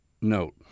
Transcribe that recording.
note